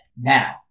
Now